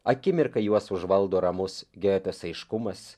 akimirką juos užvaldo ramus giotės aiškumas